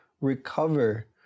recover